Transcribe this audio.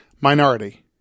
minority